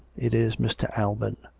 it is mr. alban.